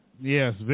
Yes